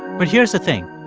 but here's the thing,